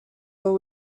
will